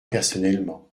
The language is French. personnellement